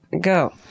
Go